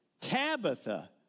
Tabitha